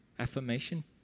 Affirmation